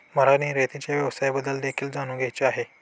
मला निर्यातीच्या व्यवसायाबद्दल देखील जाणून घ्यायचे आहे